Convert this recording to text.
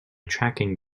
tracking